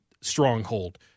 stronghold